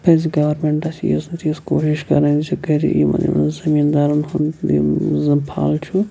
پَزِ گارمنٹَس یِیٖژ وٕ تیٖژ کوٗشِش کَرٕنۍ زٕ کَرِ یِمَن زٔمیٖندارَن کُن یم زَن پھَل چھُ